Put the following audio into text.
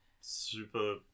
super